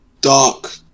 dark